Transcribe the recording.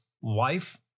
wife